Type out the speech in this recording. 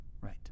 Right